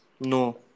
No